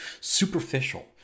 superficial